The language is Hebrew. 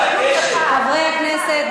חברי הכנסת,